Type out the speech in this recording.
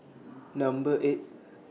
Number eight